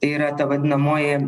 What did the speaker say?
yra ta vadinamoji